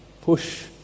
push